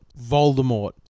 Voldemort